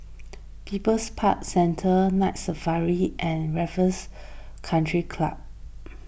People's Park Centre Night Safari and Raffles Country Club